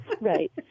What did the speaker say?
Right